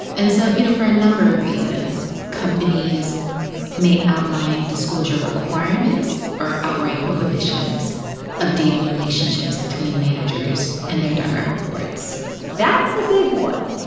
and so, you know, for a number of reasons, companies may outline disclosure requirements or outright prohibitions of dating relationships between managers and their direct reports that's a big one.